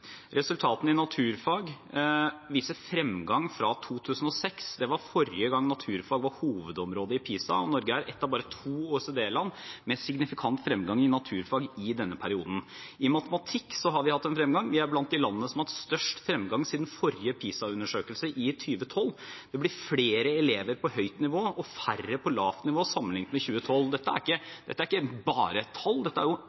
Resultatene i naturfag viser fremgang fra 2006. Det var forrige gang naturfag var hovedområdet i PISA, og Norge er ett av bare to OECD-land med signifikant fremgang i naturfag i denne perioden. I matematikk har vi hatt en fremgang, vi er blant de landene som har hatt størst fremgang siden forrige PISA-undersøkelse, i 2012. Det er blitt flere elever på høyt nivå og færre på lavt nivå sammenliknet med i 2012. Dette er ikke bare et tall. Dette er jo